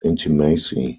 intimacy